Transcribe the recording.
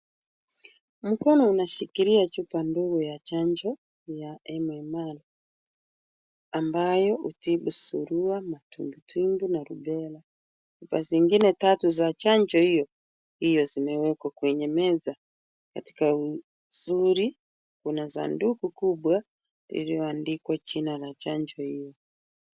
Mkono unashikilia chupa ndogo ya chanjo ya MMR ambayo hutibu surua, matumbitumbi na rubella. Chupa zingine tatu za chanjo hiyo zimewekwa kwenye meza katika uzuri, kuna sanduku kubwa iliyoandikwa jina la chanjo hiyo.